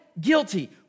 guilty